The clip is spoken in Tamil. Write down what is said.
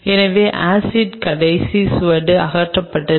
எனவே ஆசிட் கடைசி சுவடு அகற்றப்பட்டது